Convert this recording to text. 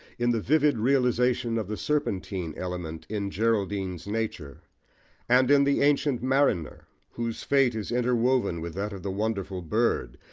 in the vivid realisation of the serpentine element in geraldine's nature and in the ancient mariner, whose fate is interwoven with that of the wonderful bird,